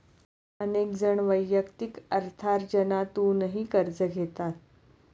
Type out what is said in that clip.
अनेक जण वैयक्तिक अर्थार्जनातूनही कर्ज घेतात